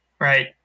Right